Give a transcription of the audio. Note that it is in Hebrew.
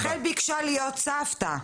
רחל ביקשה להיות סבתא.